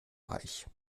reich